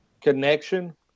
connection